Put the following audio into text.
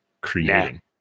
creating